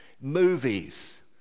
movies